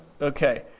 okay